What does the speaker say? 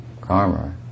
karma